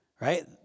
right